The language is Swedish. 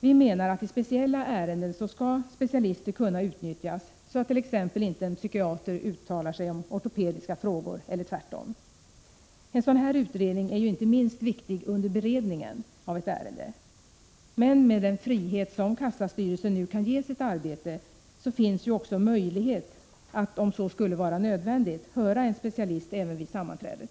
Vi menar att i speciella ärenden skall specialister kunna utnyttjas, så attt.ex. en psykiater inte uttalar sig om ortopediska frågor. En sådan här utredning är ju inte minst viktig under beredningen av ett ärende. Men med den frihet som kassastyrelsen nu kan ge sitt arbete finns ju också möjlighet att, om så skulle vara nödvändigt, höra en specialist även vid sammanträdet.